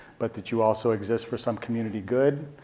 but that you also exist for some community good.